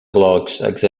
blogs